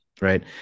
right